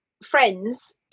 friends